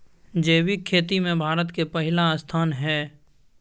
जैविक खेती में भारत के पहिला स्थान हय